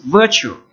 virtue